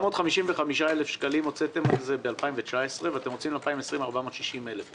455,000 שקלים הוצאתם על זה ב-2019 ואתם רוצים ב-2020 460,000 שקלים.